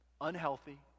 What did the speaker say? unhealthy